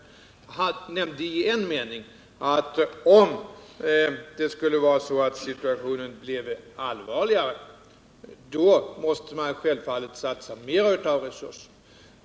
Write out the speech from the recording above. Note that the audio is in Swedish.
Jag nämnde i en mening att om situationen blir allvarligare måste man självfallet satsa mer av resurser.